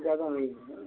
ज़्यादा नहीं है